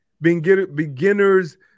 Beginner's